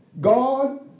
God